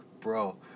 bro